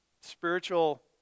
spiritual